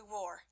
war